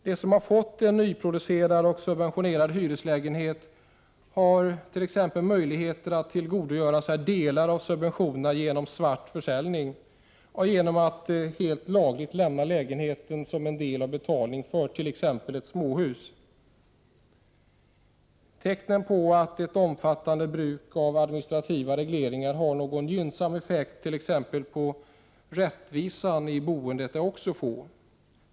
Den som fått en nyproducerad och subventionerad hyreslägenhet har t.ex. möjligheter att tillgodogöra sig delar av subventionerna genom svart försäljning eller genom att helt lagligt lämna lägenheten som en del av betalningen för ett småhus. Tecknen på att ett omfattande bruk av administrativa regleringar har någon gynnsam effekt t.ex. på rättvisan i boendet är också få.